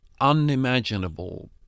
unimaginable